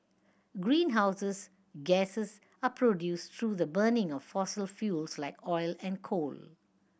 greenhouses gases are produced through the burning of fossil fuels like oil and coal